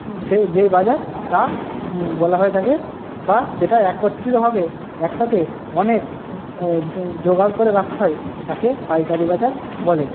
সে যেই বাজার তা বলা হয়ে থাকে বা যেটায় একত্রিতভাবে একসাথে অনেক জোগাড় করে রাখা হয় তাকে পাইকারি বাজার বলে